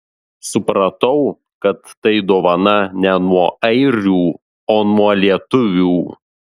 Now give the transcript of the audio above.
supratau kad tai dovana ne nuo airių o nuo lietuvių